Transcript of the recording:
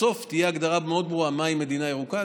בסוף תהיה הגדרה מאוד ברורה מהי מדינה ירוקה.